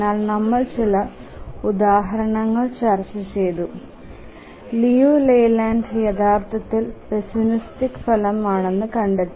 എന്നാൽ നമ്മൾ ചില ഉദാഹരണങ്ങൾ ചർച്ചചെയ്തു ലിയു ലെയ്ലാൻഡ് യഥാർത്ഥത്തിൽ പെസിമിസ്റ്റിക് ഫലമാണെന്ന് കണ്ടെത്തി